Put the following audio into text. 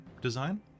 design